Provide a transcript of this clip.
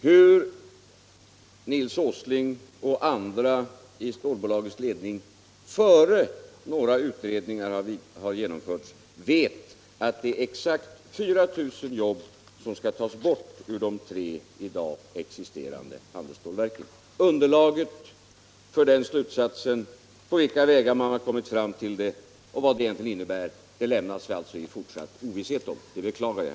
Hur Nils Åsling och andra i stålbolagets ledning, innan några utredningar har genomförts, vet att det är exakt 4000 jobb som skall tas bort ur de tre i dag existerande handelsstålverken, underlaget för den slutsatsen, på vilka vägar man kommit fram till den och vad den egentligen innebär lämnas vi alltså i fortsatt ovisshet om. Det beklagar jag.